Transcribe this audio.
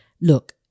look